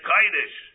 Kaidish